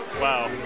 Wow